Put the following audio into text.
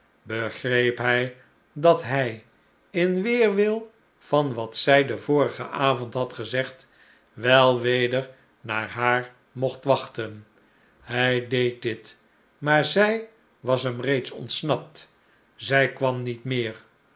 begreep hij dat hij in weerwil van wat zij den vorigen avond had gezegd wel weder naar haar mocht wachten hij deed dit maar zij was hem reeds ontsnapt zij kwam niet meer